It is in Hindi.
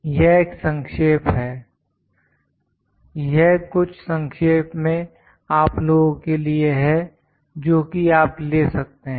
यह एक संक्षेप है यह कुछ संक्षेप में आप लोगों के लिए है जो कि आप ले सकते हैं